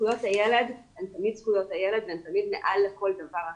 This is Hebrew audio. זכויות הילד הן תמיד זכויות הילד והן תמיד מעל לכל דבר אחר.